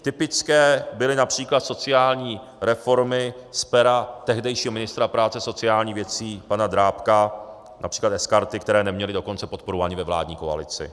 Typické byly např. sociální reformy z pera tehdejšího ministra práce a sociálních věcí pana Drábka, např. sKarty, které neměly dokonce podporu ani ve vládní koalici.